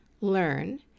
learn